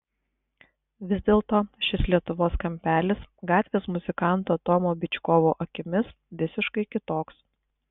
vis dėlto šis lietuvos kampelis gatvės muzikanto tomo byčkovo akimis visiškai kitoks